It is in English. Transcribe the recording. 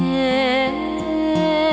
and